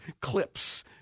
clips